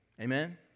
Amen